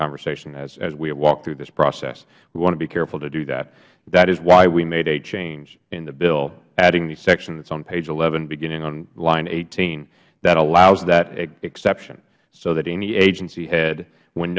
conversation as we have walked through this process we want to be careful to do that that is why we made a change in the bill adding the sections on page eleven beginning on line eighteen that allows that exception so that any agency head when